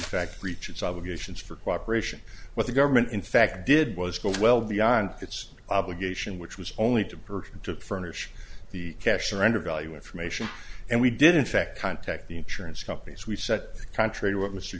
fact reach its obligations for cooperation with the government in fact did was go well beyond its obligation which was only to person to furnish the cash or enter value information and we did in fact contact the insurance companies we said contrary to what